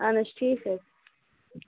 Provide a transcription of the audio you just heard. اَہَن حظ ٹھیٖک حظ